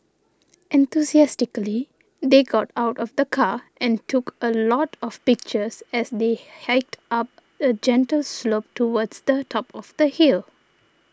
enthusiastically they got out of the car and took a lot of pictures as they hiked up a gentle slope towards the top of the hill